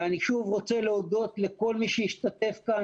אני שוב רוצה להודות לכל מי שהשתתף כאן